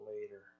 later